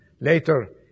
Later